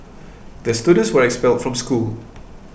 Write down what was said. the students were expelled from school